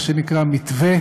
מה שנקרא מתווה